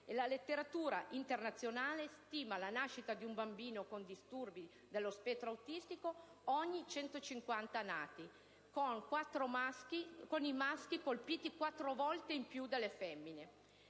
la letteratura internazionale stima la nascita di un bambino con disturbi dello spettro autistico ogni 150 nati, con i maschi colpiti 4 volte più delle femmine.